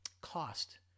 cost